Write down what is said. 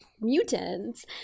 mutants